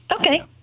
okay